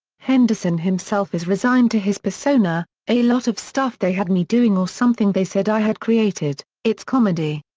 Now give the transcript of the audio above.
henderson himself is resigned to his persona a lot of stuff they had me doing or something they said i had created, it's comedy.